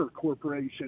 Corporation